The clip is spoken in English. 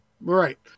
Right